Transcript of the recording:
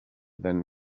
then